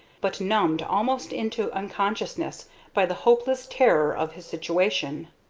but numbed almost into unconsciousness by the hopeless horror of his situation.